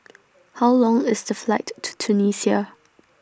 How Long IS The Flight to Tunisia